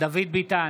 דוד ביטן,